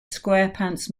squarepants